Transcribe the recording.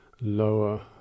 lower